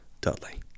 Dudley